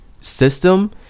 system